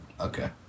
Okay